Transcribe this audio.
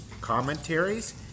commentaries